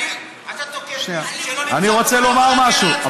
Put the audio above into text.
אתה תוקף מישהו שלא נמצא פה ולא יכול להגן על עצמו.